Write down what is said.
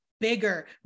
Bigger